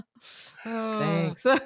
Thanks